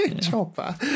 chopper